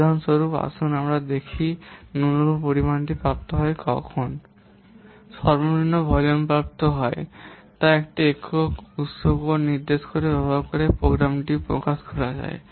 উদাহরণস্বরূপ আসুন আমরা দেখি ন্যূনতম পরিমাণটি প্রাপ্ত হয় কখন সর্বনিম্ন ভলিউম প্রাপ্ত হয় যখন একক উত্স কোড নির্দেশ ব্যবহার করে প্রোগ্রামটি প্রকাশ করা যায়